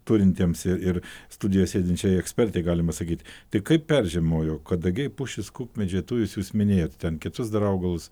turintiems ir ir studijoj sėdinčiai ekspertai galima sakyti tai kaip peržiemojo kadagiai pušys kukmedžiai tujos jūs minėjot ten kitus dar augalus